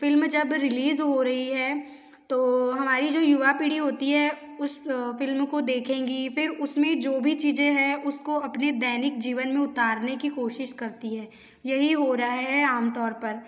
film जब release हो रही है तो हमारी जो युवा पीढ़ी होती है उस फिल्मों को देखेंगी फिर उस में जो भी चीज़ें हैं उसको अपने दैनिक जीवन में उतारने की कोशिश करती है यही हो रहा है आम तौर पर